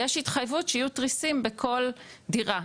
יש התחייבות שיהיו תריסים בכל דירה.